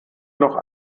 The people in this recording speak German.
noch